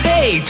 Hey